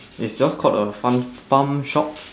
it's just called a farm farm shop